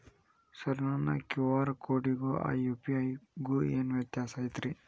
Sir ನನ್ನ QR ಕೊಡಿಗೂ ಆ ಯು.ಪಿ.ಐ ಗೂ ಏನ್ ವ್ಯತ್ಯಾಸ ಐತ್ರಿ?